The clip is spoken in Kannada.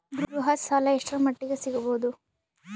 ಗೃಹ ಸಾಲ ಎಷ್ಟರ ಮಟ್ಟಿಗ ಸಿಗಬಹುದು?